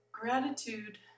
gratitude